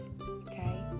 okay